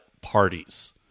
parties